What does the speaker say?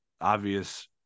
obvious